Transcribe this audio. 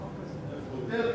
מג'לי.